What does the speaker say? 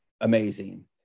amazing